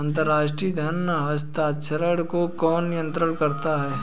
अंतर्राष्ट्रीय धन हस्तांतरण को कौन नियंत्रित करता है?